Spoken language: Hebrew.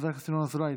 חבר הכנסת ינון אזולאי,